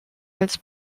als